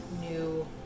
new